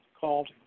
called